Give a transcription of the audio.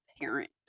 parent